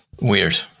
weird